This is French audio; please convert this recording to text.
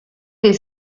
des